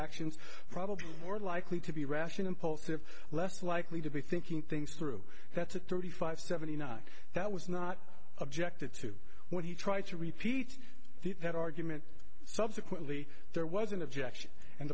actions probably more likely to be rash an impulsive less likely to be thinking things through that's a thirty five seventy nine that was not objected to when he tried to repeat that argument subsequently there was an objection and